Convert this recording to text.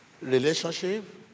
Relationship